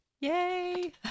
Yay